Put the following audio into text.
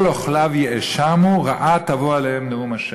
"כל אֹכליו יאשמו, רעה תבא אליהם נאֻם ה'".